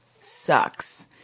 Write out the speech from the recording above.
sucks